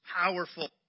powerful